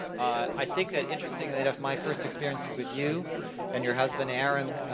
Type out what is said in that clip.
i think that interestingly enough, my first experiences with you and your husband aaron,